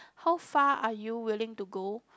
how far are you willing to go